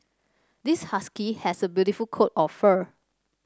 this husky has a beautiful coat of fur